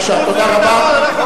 תודה רבה.